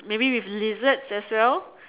maybe with lizards as well